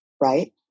right